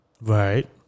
Right